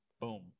boom